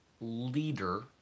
leader